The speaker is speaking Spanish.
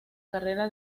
carrera